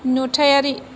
नुथायारि